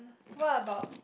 what about